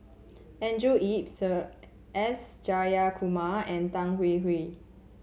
Andrew Yip Sir S Jayakumar and Tan Hwee Hwee